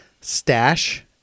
Stash